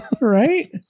right